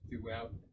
throughout